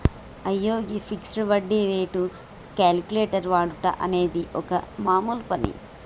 అయ్యో గీ ఫిక్సడ్ వడ్డీ రేటు క్యాలిక్యులేటర్ వాడుట అనేది ఒక మామూలు పని